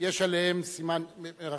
נכון, נכון.